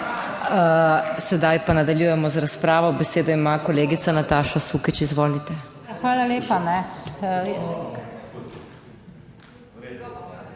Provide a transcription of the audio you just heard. Sedaj pa nadaljujemo z razpravo. Besedo ima kolegica Nataša Sukič. Izvolite. **NATAŠA